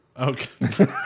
Okay